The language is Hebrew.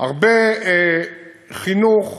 הרבה חינוך,